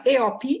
ARP